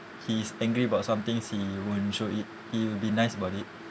he is angry about somethings he won't show it he will be nice about it